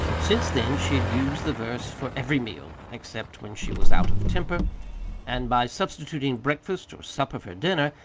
since then she had used the verse for every meal except when she was out of temper and by substituting breakfast or supper for dinner,